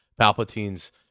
Palpatine's